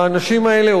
האנשים האלה,